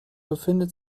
befindet